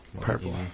purple